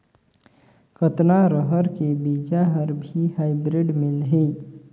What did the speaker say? कतना रहर के बीजा हर भी हाईब्रिड मिलही?